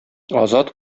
азат